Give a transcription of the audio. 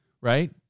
right